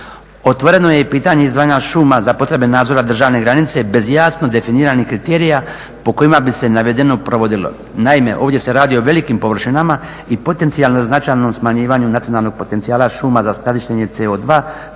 Otvoreno je i pitanje izdvajanja šuma za potrebe nadzora državne granice bez jasno definiranih kriterija po kojima bi se navedeno provodilo. Naime, ovdje se radi o velikim površinama i potencijalno značajnom smanjivanju nacionalnog potencijala šuma za skladištenje CO2